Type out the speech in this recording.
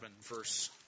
verse